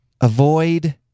Avoid